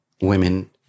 women